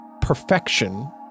perfection